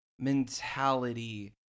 Mentality